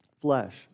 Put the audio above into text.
flesh